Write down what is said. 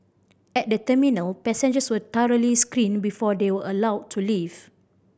at the terminal passengers were thoroughly screened before they were allowed to leave